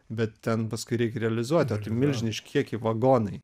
bet ten paskui reik realizuot o tai milžiniški kiekiai vagonai